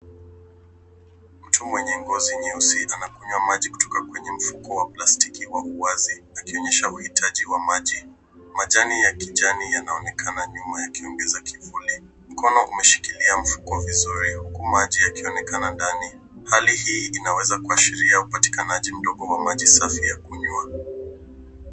Mtu mwenye ngozi nyeusi anakunywa maji kutoka kwenye mfuko wa plastiki kwa uwazi akionyesha uhitaji wa maji. Majani ya kijani yanaonekana nyuma yakiongeza kivuli. Mkono umeshilkilia mfuko vizuri, huku maji yakionekana ndani. Hali hii inaweza kuashiria upatikanaji mdogo wa maji safi ya kunywa.